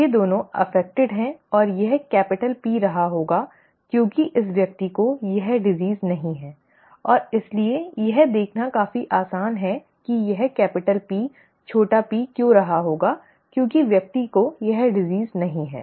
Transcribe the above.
ये दोनों प्रभावित हैं और यह कैपिटल P रहा होगा क्योंकि इस व्यक्ति को यह बीमारी नहीं है और इसलिए यह देखना काफी आसान है कि यह कैपिटल P छोटा p क्यों रहा होगा क्योंकि व्यक्ति को यह बीमारी नहीं है